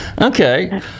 Okay